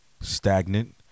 Stagnant